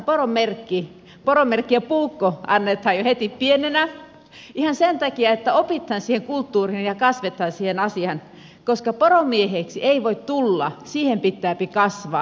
poromerkki ja puukko annetaan jo heti pienenä ihan sen takia että opitaan siihen kulttuurin ja kasvetaan siihen asiaan koska poromieheksi ei voi tulla siihen pitääpi kasvaa